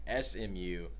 SMU